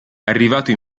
arrivato